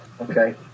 Okay